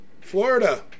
Florida